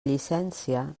llicència